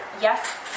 yes